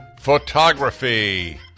photography